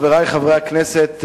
חברי חברי הכנסת,